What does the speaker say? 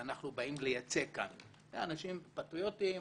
שאנחנו באים לייצג כאן אנשים פטריוטים,